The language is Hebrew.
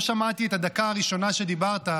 לא שמעתי את הדקה הראשונה שדיברת,